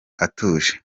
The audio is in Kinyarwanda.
atuje